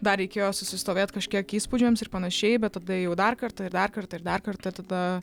dar reikėjo susistovėt kažkiek įspūdžiams ir panašiai bet tada ėjau dar kartą ir dar kartą ir dar kartą tada